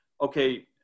okay